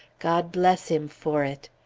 god bless him for it!